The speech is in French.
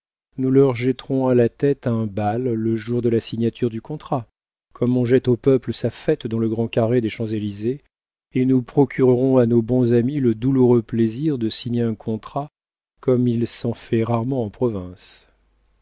nous leur jetterons à la tête un bal le jour de la signature du contrat comme on jette au peuple sa fête dans le grand carré des champs-élysées et nous procurerons à nos bons amis le douloureux plaisir de signer un contrat comme il s'en fait rarement en province